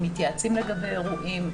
מתייעצים לגבי אירועים,